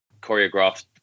choreographed